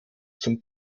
zum